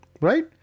right